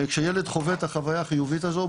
כשילד חווה את החוויה החינוכית הזאת הוא